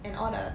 and all the